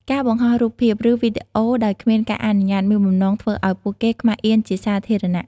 ការបង្ហោះរូបភាព ឬវីដេអូដោយគ្មានការអនុញ្ញាត មានបំណងធ្វើឲ្យពួកគេខ្មាសអៀនជាសាធារណៈ។